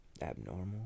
Abnormal